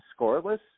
scoreless